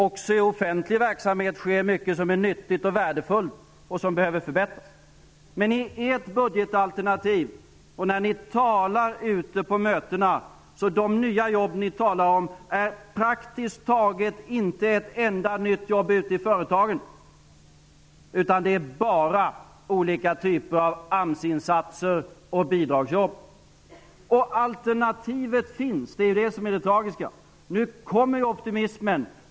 Också i offentlig verksamhet sker mycket som är nyttigt och värdefullt och som behöver förbättras. I ert budgetalternativ och ute på era möten talas det om nya jobb. Det handlar praktiskt taget inte om ett enda nytt jobb ute i företagen. Det är bara fråga om olika typer av AMS-insatser och bidragsjobb. Det alternativet finns. Det är det tragiska. Nu kommer optimismen.